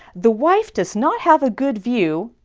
the wife does not have a good view